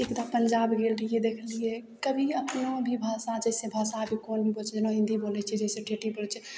एकदा पंजाब गेल रहियै देखलियै कभी अपनो भी भाषा जैसे भाषा हिन्दी बोलय छियै जैसे ठेठी बोलय छियै